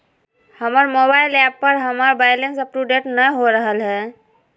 हमर mobile app पर हमर बैलेंस अपडेट नय हो रहलय हें